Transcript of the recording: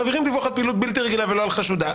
מעבירים דיווח על פעילות בלתי רגילה ולא על חשודה.